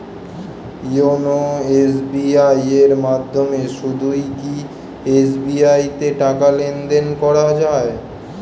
YONO SBI এর মাধ্যমে শুধুই কি এস.বি.আই তে টাকা লেনদেন করা যায়?